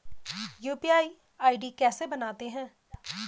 UPI ID कैसे बनाते हैं?